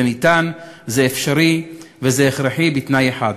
זה ניתן, זה אפשרי וזה הכרחי, בתנאי אחד: